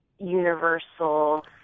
universal